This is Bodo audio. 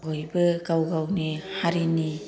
बयबो गाव गावनि हारिनि